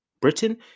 Britain